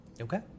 Okay